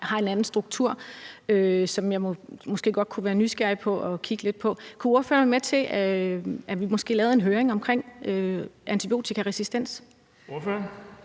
har en anden struktur, som jeg måske godt kunne være nysgerrig efter at kigge lidt på. Kunne ordføreren være med til, at vi måske lavede en høring om antibiotikaresistens? Kl.